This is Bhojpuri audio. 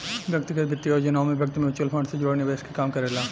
व्यक्तिगत वित्तीय योजनाओं में व्यक्ति म्यूचुअल फंड से जुड़ल निवेश के काम करेला